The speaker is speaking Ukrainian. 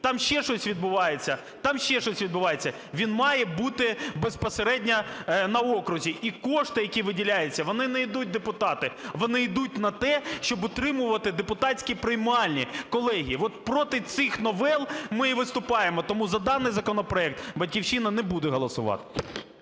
там ще щось відбувається - він має бути безпосередньо на окрузі. І кошти, які виділяються, вони не йдуть депутатам, вони йдуть на те, щоб утримувати депутатські приймальні. Колеги, от проти цих новел ми і виступаємо. Тому за даний законопроект "Батьківщина" не буде голосувати.